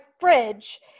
fridge